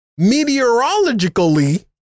meteorologically